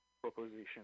proposition